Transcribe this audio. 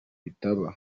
bitaba